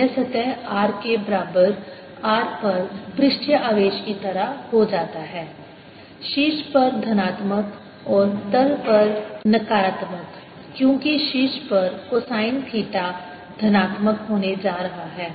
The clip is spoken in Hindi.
यह सतह r के बराबर R पर पृष्ठीय आवेश की तरह हो जाता है शीर्ष पर धनात्मक और तल पर नकारात्मक क्योंकि शीर्ष पर कोसाइन थीटा धनात्मक होने जा रहा है